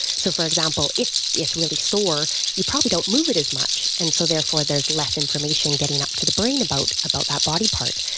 so, for example, if it's really sore you probably don't move it as much and so therefore there is less information getting up to the brain about about that body part.